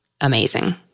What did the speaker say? amazing